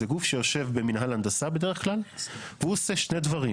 זה גוף שיושב במינהל הנדסה בדרך כלל והוא עושה שני דברים: